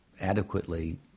adequately